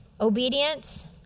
Obedience